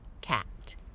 cat